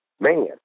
Man